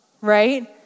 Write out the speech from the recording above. right